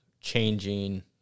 changing